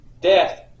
Death